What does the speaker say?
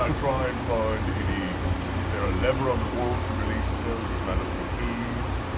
um try and find any is there a lever on the wall to release the cells or can i look for keys?